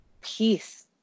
peace